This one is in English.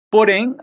Porém